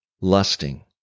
lusting